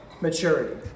maturity